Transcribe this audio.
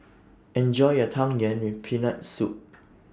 Enjoy your Tang Yuen with Peanut Soup